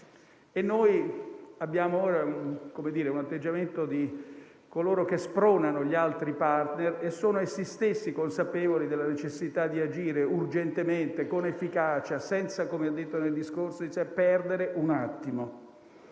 e noi abbiamo ora l'atteggiamento di coloro che spronano gli altri *partner* e sono essi stessi consapevoli della necessità di agire urgentemente, con efficacia, senza perdere un attimo,